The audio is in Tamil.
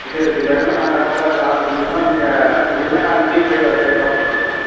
விசேஷத்துக்கு வேணும் நாங்கள் அதனால் இது ஆர்ட்ரு பண்ணி இருக்கோம் நீங்கள் கொடுங்க நாங்கள் ஜீபேல பைசா போடுறோங்க